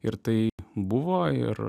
ir tai buvo ir